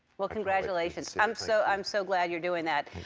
well, congratulations. i'm so i'm so glad you're doing that.